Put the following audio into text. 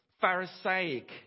pharisaic